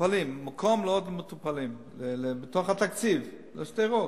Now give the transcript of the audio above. מקום לעוד מטופלים, בתוך התקציב לשדרות.